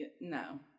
no